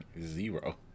Zero